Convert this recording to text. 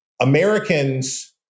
Americans